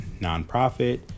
nonprofit